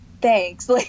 Thanks